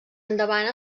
endavant